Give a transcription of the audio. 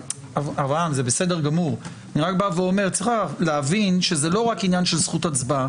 --- אני רק בא ואומר שצריך להבין שזה לא רק עניין של זכות הצבעה.